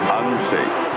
unsafe